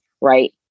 Right